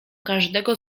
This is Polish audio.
każdego